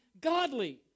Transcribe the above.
godly